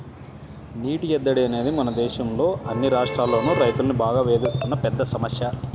నీటి ఎద్దడి అనేది మన దేశంలో అన్ని రాష్ట్రాల్లోనూ రైతుల్ని బాగా వేధిస్తున్న పెద్ద సమస్య